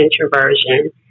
introversion